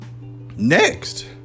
Next